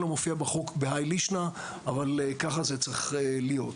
עדיין לא מופיע בחוק בהאי לישנא או על ככה צריך להיות.